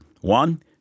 One